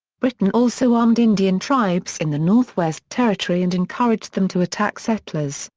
britain also armed indian tribes in the northwest territory and encouraged them to attack settlers,